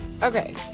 Okay